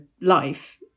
life